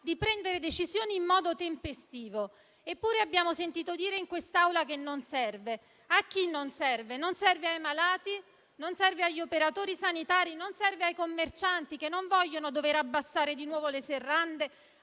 di prendere decisioni in modo tempestivo. Eppure, abbiamo sentito dire in quest'Aula che non serve. A chi non serve? Non serve ai malati? Non serve agli operatori sanitari, ai commercianti, che non vogliono dover abbassare di nuovo le serrande,